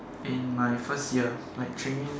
in my first year I training